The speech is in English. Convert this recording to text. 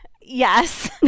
Yes